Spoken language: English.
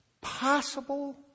possible